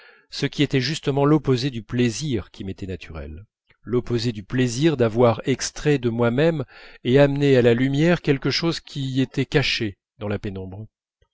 ce qui était justement l'opposé du plaisir qui m'était naturel l'opposé du plaisir d'avoir extrait de moi-même et amené à la lumière quelque chose qui y était caché dans la pénombre